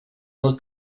del